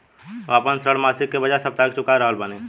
हम आपन ऋण मासिक के बजाय साप्ताहिक चुका रहल बानी